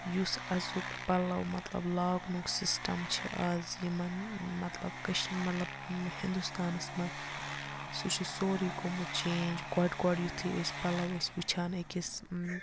یُس اَزُک پَلو مطلب لاگنُک سِسٹَم چھِ اَز یِمَن مطلب کٔش مطلب ہِںٛدُستانَس منٛز سُہ چھِ سورُے گوٚمُت چینٛج گۄڈٕ گۄڈٕ یُتھُے أسۍ پَلو ٲسۍ وٕچھان أکِس